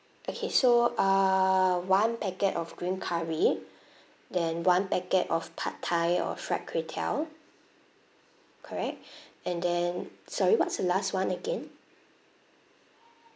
okay so uh one packet of green curry then one packet of pad thai or fried kway teow correct and then sorry what's the last one again